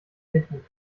technik